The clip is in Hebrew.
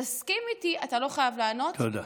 תסכים איתי, אתה לא חייב לענות, תודה.